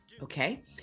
Okay